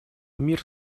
мир